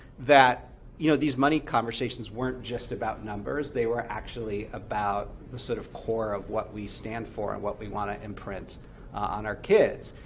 that you know these money conversations weren't just about numbers. they were actually about the sort of core of what we stand for, and what we want to imprint on our kids.